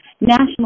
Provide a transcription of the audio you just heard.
National